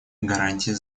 гарантии